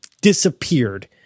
disappeared